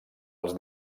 els